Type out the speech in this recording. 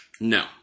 No